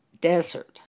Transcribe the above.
desert